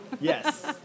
Yes